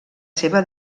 seva